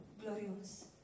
glorious